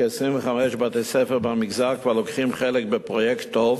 כ-25 בתי-ספר במגזר כבר לוקחים חלק בפרויקט טו"ב,